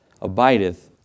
abideth